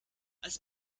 als